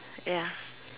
ya